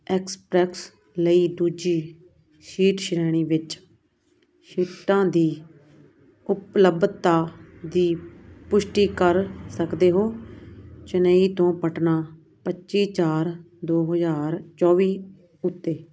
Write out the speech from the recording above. express ਲਈ ਦੂਜੀ seat ਸ਼੍ਰੇਣੀ ਵਿੱਚ ਸ਼ੀਟਾਂ ਦੀ ਉਪਲੱਬਧਤਾ ਦੀ ਪੁਸ਼ਟੀ ਕਰ ਸਕਦੇ ਹੋਂ ਚੇਨੱਈ ਤੋਂ ਪਟਨਾ ਪੱਚੀ ਚਾਰ ਦੋ ਹਜ਼ਾਰ ਚੌਵੀ ਉੱਤੇ